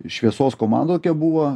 šviesos komandoj buvo